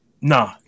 nah